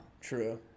True